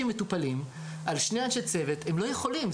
שכשיש 50 מטופלים על שני אנשי צוות הם לא יכולים,